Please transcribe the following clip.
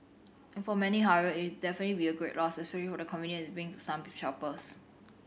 for many however it'll definitely be a great loss especially for the convenience it brings to some shoppers